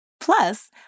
Plus